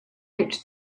out